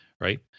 right